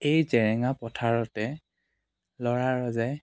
এই জেৰেঙা পথাৰতে ল'ৰা ৰজাই